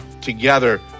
together